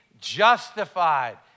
justified